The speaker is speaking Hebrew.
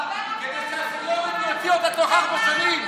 כדי שהסניוריטי יביא אותה תוך ארבע שנים.